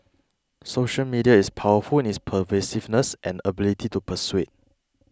social media is powerful in its pervasiveness and ability to persuade